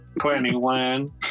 twenty-one